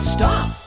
Stop